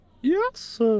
Yes